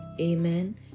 Amen